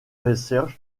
research